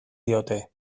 diote